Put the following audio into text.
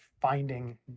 finding